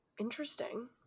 interesting